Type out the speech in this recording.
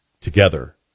together